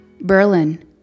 Berlin